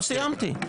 סיימתי.